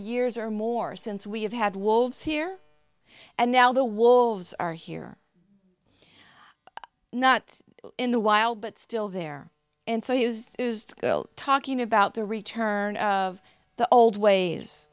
years or more since we have had wolves here and now the wolves are here not in the wild but still there and so he is talking about the return of the old ways